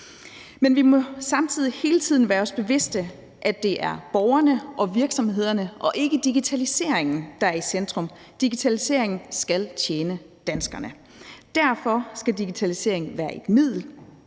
men vi må samtidig hele tiden være os bevidste, at det er borgerne og virksomhederne og ikke digitaliseringen, der er i centrum. Digitaliseringen skal tjene danskerne. Derfor skal digitaliseringen være et middel